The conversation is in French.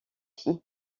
filles